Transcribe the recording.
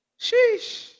Sheesh